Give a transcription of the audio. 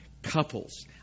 Couples